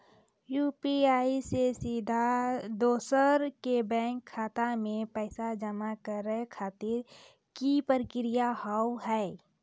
UPI से सीधा दोसर के बैंक खाता मे पैसा जमा करे खातिर की प्रक्रिया हाव हाय?